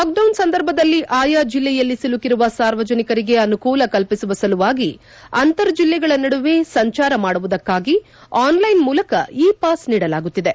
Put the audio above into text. lockdown ಸಂದರ್ಭದಲ್ಲಿ ಆಯಾ ಜಿಲ್ಲೆಯಲ್ಲಿ ಸಿಲುಕಿರುವ ಸಾರ್ವಜನಿಕರಿಗೆ ಅನುಕೂಲ ಕಲ್ಪಿಸುವ ಸಲುವಾಗಿ ಅಂತರ್ ಜಿಲ್ಲೆಗಳ ನಡುವೆ ಸಂಚಾರ ಮಾಡುವುದಕ್ಕಾಗಿ ಆನ್ಲೈನ್ ಮೂಲಕ ಇ ಪಾಸ್ ನೀಡಲಾಗುತ್ತಿದೆ